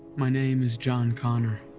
my name is john connor.